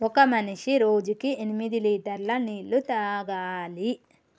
ఒక మనిషి రోజుకి ఎనిమిది లీటర్ల నీళ్లు తాగాలి